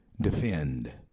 defend